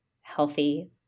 healthy